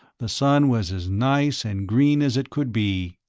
the sun was as nice and green as it could be.